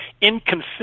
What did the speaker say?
inconsistent